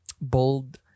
bold